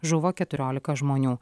žuvo keturiolika žmonių